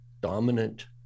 dominant